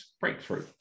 breakthrough